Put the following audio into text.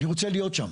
אני רוצה להיות שם.